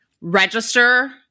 register